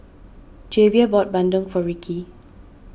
Javier bought Bandung for Rikki